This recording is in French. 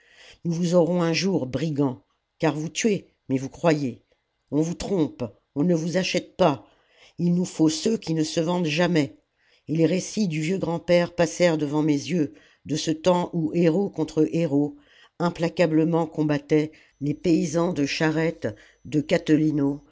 nous vous aurons un jour brigands car vous tuez mais vous croyez on vous trompe on ne vous achète pas il nous faut ceux qui ne se vendent jamais et les récits du vieux grand-père passèrent devant mes yeux de ce temps où héros contre héros implacablement combattaient les paysans de charette de